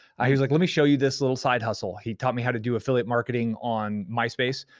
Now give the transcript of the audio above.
ah he was like, let me show you this little side hustle. he taught me how to do affiliate marketing on myspace.